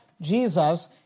Jesus